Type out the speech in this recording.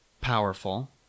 powerful